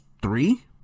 three